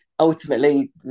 Ultimately